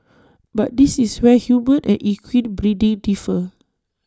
but this is where human and equine breeding differ